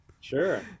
sure